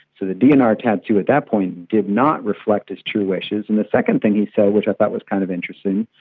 so the dnr tattoo at that point did not reflect his true wishes. and the second thing he said, so which i thought was kind of interesting,